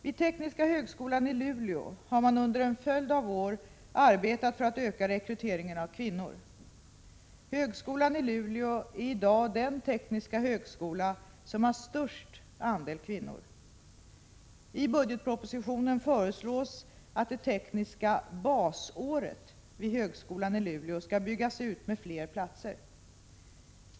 Vid tekniska högskolan i Luleå har man under en följd av år arbetat för att öka rekryteringen av kvinnor. Högskolan i Luleå är i dag den tekniska högskola som har störst andel kvinnor. I budgetpropositionen föreslås att det tekniska basåret vid högskolan i Luleå skall byggas ut med flera platser.